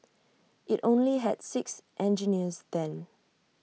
IT only had six engineers then